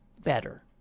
better